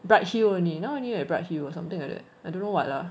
bright hill only now only at bright hill or something like that I don't know what lah